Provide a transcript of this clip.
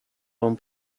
home